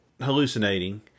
hallucinating